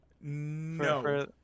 No